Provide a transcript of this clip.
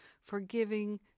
forgiving